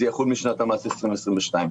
זה יחול משנת המס 2022. תודה.